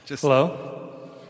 Hello